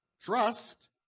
Trust